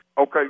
Okay